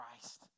Christ